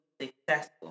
successful